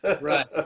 Right